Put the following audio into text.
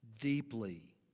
deeply